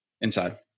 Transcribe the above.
inside